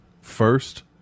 first